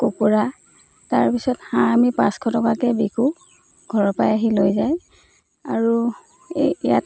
কুকুৰা তাৰপিছত হাঁহ আমি পাঁচশ টকাকৈয়ে বিকোঁ ঘৰৰপৰা আহি লৈ যায় আৰু এই ইয়াত